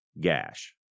gash